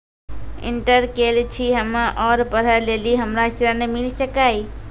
Inter केल छी हम्मे और पढ़े लेली हमरा ऋण मिल सकाई?